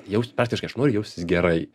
jaust praktiškai aš noriu jaustis gerai